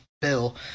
Bill